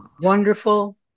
wonderful